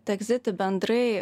tegziti bendrai